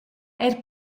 eir